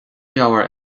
leabhar